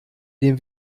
dem